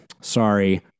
sorry